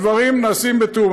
הדברים נעשים בתיאום.